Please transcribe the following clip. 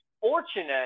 fortunate